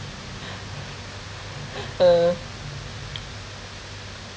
err